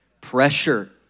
Pressure